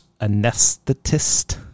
anesthetist